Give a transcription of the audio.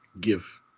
give